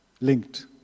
linked